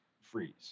freeze